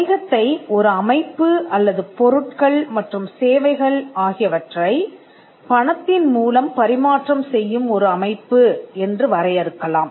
வணிகத்தை ஒரு அமைப்பு அல்லது பொருட்கள் மற்றும் சேவைகள் ஆகியவற்றைப் பணத்தின் மூலம் பரிமாற்றம் செய்யும் ஒரு அமைப்பு என்று வரையறுக்கலாம்